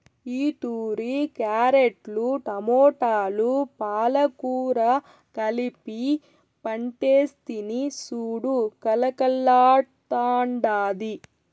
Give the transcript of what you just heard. ఈతూరి క్యారెట్లు, టమోటాలు, పాలకూర కలిపి పంటేస్తిని సూడు కలకల్లాడ్తాండాది